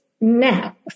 Now